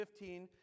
15